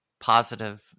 positive